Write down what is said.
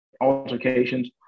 altercations